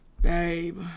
Babe